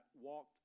walked